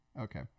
Okay